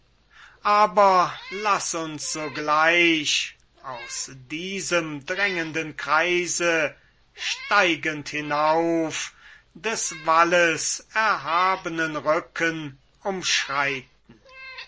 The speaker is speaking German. aber laß uns sogleich aus diesem drängenden kreise steigend hinauf des walles erhabenen rücken umschreiten